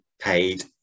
paid